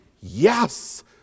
yes